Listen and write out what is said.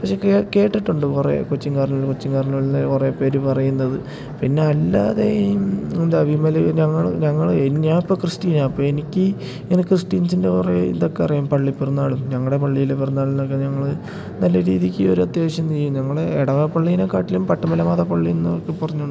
പക്ഷെ കേട്ടിട്ടുണ്ട് കുറേ കൊച്ചിൻ കാർണിവെൽ കൊച്ചിൻ കാർണിവെൽ എന്നു കുറേപേർ പറയുന്നത് പിന്നെ അല്ലാതേയും എന്താ വിമൽ ഞങ്ങൾ ഞങ്ങൾ ഞാനിപ്പോൾ ക്രിസ്ത്യനാണ് അപ്പോഴെനിക്ക് ഇങ്ങനെ ക്രിസ്ത്യൻസിൻ്റെ കുറേ ഇതൊക്കെ അറിയാം പള്ളിപ്പെരുന്നാളും ഞങ്ങളുടെ പള്ളിയിൽ പെരുന്നാളിനൊക്കെ ഞങ്ങൾ നല്ല രീതിയ്ക്ക് ഒരത്യാവശ്യം ചെയ്യും ഞങ്ങൾ ഇടവക പള്ളിയിനെക്കാട്ടിലും പട്ടുമലമാതാ പള്ളിയെന്നൊക്കെ പറഞ്ഞുകൊണ്ട്